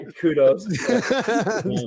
Kudos